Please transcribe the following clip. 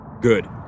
Good